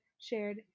shared